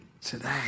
today